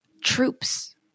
troops